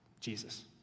Jesus